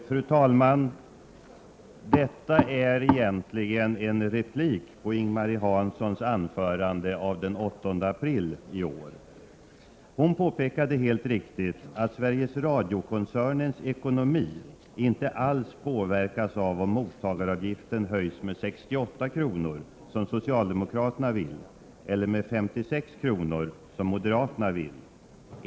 Fru talman! Detta är egentligen en replik på Ing-Marie Hanssons anförande den 8 april. Ing-Marie Hansson påpekade då helt riktigt att Sveriges Radio-koncernens ekonomi inte alls påverkas av om mottagaravgiften höjs med 68 kr., som socialdemokraterna vill, eller med 56 kr., som moderaterna vill.